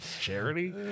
Charity